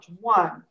One